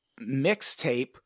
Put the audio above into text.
mixtape